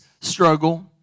struggle